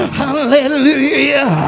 hallelujah